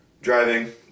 Driving